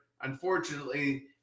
Unfortunately